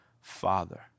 father